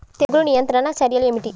తెగులు నియంత్రణ చర్యలు ఏమిటి?